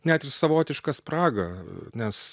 net ir savotišką spragą nes